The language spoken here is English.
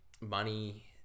money